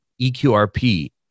EQRP